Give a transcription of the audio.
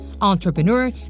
entrepreneur